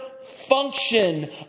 Function